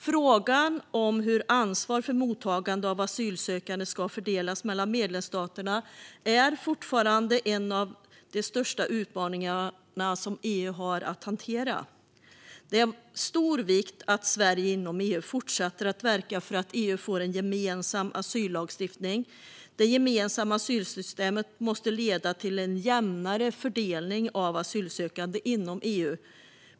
Frågan om hur ansvar för mottagande av asylsökande ska fördelas mellan medlemsstaterna är fortfarande en av de största utmaningar som EU har att hantera. Det är av stor vikt att Sverige inom EU fortsätter att verka för att EU får en gemensam asyllagstiftning. Det gemensamma asylsystemet måste leda till en jämnare fördelning av asylsökande inom EU.